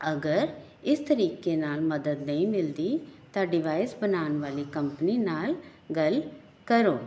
ਅਗਰ ਇਸ ਤਰੀਕੇ ਨਾਲ ਮਦਦ ਨਹੀਂ ਮਿਲਦੀ ਤਾਂ ਡਿਵਾਈਸ ਬਣਾਉਣ ਵਾਲੀ ਕੰਪਨੀ ਨਾਲ ਗੱਲ ਕਰੋ